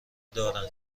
دارند